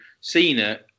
Cena